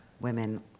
women